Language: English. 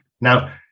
Now